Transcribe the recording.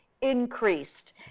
increased